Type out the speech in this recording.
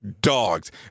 dogs